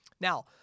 Now